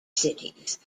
cities